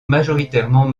majoritairement